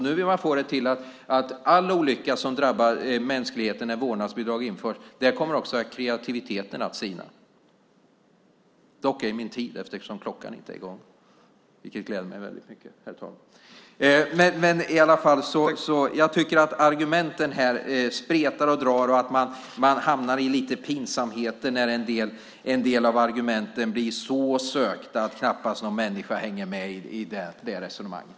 Nu vill man få det till att i all olycka som drabbar mänskligheten när vårdnadsbidrag införs kommer också kreativiteten att drabbas. Jag tycker att argumenten här spretar och drar, och man hamnar i pinsamheter när en del av argumenten blir så sökta att knappast någon människa hänger med i resonemanget.